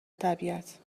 طبیعت